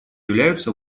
являются